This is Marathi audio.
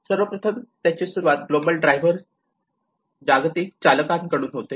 सर्व प्रथम त्याची सुरूवात ग्लोबल ड्रायव्हर जागतिक चालकां कडून होते